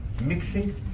mixing